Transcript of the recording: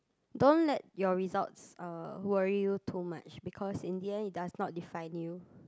don't let your results uh who worry you too much because in the end it does not define you